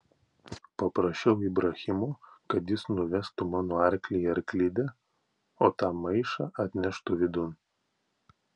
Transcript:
paprašiau ibrahimo kad jis nuvestų mano arklį į arklidę o tą maišą atneštų vidun